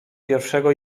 pierwszego